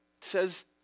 says